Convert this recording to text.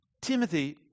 Timothy